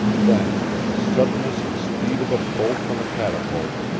then, with the suddenness and speed of a bolt from a catapult,